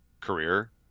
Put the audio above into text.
career